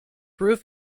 roof